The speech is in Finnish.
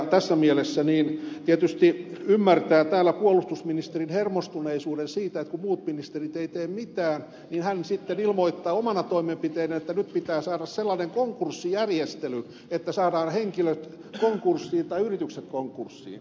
tässä mielessä tietysti ymmärtää täällä puolustusministerin hermostuneisuuden siitä että kun muut ministerit eivät tee mitään niin hän sitten ilmoittaa omana toimenpiteenään että nyt pitää saada sellainen konkurssijärjestely että saadaan henkilöt konkurssiin tai yritykset konkurssiin